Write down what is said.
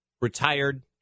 retired